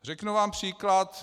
Řeknu vám příklad.